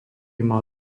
mal